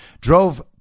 drove